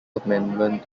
amendment